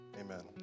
amen